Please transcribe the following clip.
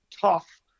tough